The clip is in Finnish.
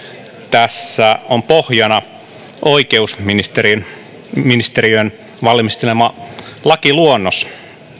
tässä on pohjana oikeusministeriön valmistelema lakiluonnos